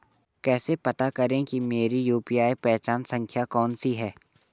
कैसे पता करें कि मेरी यू.पी.आई पहचान संख्या कौनसी है?